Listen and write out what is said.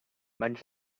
but